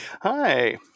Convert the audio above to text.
Hi